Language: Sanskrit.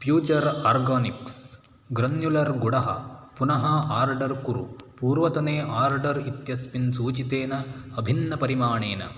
फ्यूचर् आर्गोनिक्स् ग्रन्युलर् गुडः पुनः आर्डर् कुरु पूर्वतने आर्डर् इत्यस्मिन् सूचितेन अभिन्नपरिमाणेन